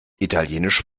italienisch